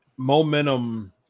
Momentum